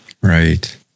Right